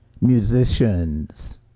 musicians